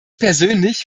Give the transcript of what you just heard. persönlich